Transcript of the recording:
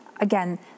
again